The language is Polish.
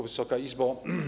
Wysoka Izbo!